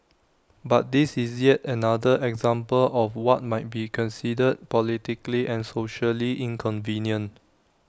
but this is yet another example of what might be considered politically and socially inconvenient